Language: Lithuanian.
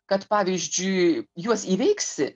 kad pavyzdžiui juos įveiksi